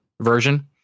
version